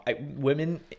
women